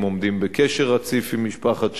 הם עומדים בקשר רציף עם משפחת שליט,